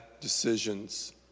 decisions